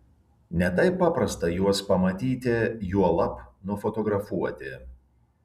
ne taip paprasta juos pamatyti juolab nufotografuoti